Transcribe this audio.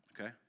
okay